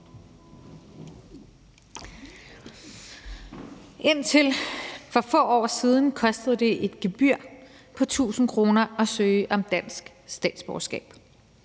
Indtil for få år siden kostede det et gebyr på 1.000 kr. at søge om dansk statsborgerskab.